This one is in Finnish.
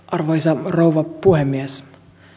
arvoisa rouva puhemies